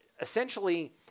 Essentially